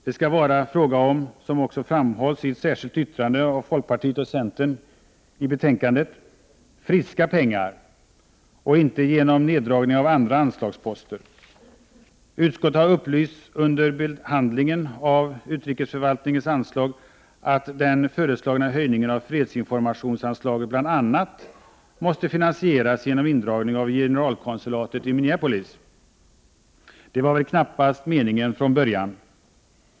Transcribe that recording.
Den skall — som också framhålls i ett särskilt yttrande av folkpartiet och centern — ske med ”friska pengar” och inte genom neddragning av andra anslagsposter. Utskottet har under behandlingen av utrikesförvaltningens anslag upplysts om att den föreslagna höjningen av fredsinformationsanslaget bl.a. måste finansieras genom indragning av generalkonsulatet i Minneapolis. Det var väl knappast meningen från början?